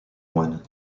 one